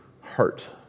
heart